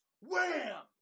WHAM